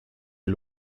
les